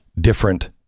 different